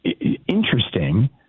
interesting